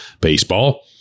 baseball